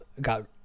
got